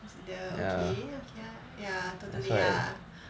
consider okay okay ya ya totally ya